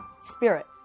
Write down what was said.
spirit